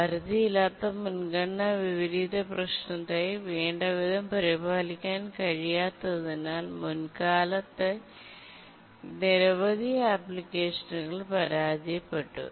പരിധിയില്ലാത്ത മുൻഗണന വിപരീത പ്രശ്നത്തെ വേണ്ടവിധം പരിപാലിക്കാൻ കഴിയാത്തതിനാൽ മുൻകാലത്തെ നിരവധി അപ്ലിക്കേഷനുകൾ പരാജയപ്പെട്ടു